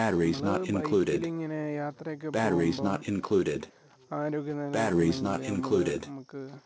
നമ്മൾ ബൈക്കിൽ ഇങ്ങനെ യാത്ര ഒക്കെ പോവുമ്പം ആരോഗ്യ നില നിര്ത്തണെങ്കിൽ നമ്മൾ നമുക്ക്